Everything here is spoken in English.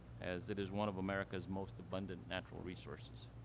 as it is one of america's most abundant natural resources.